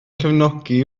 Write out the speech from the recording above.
cefnogi